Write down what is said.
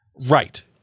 Right